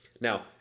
Now